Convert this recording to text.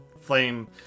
flame